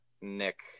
Nick